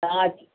हा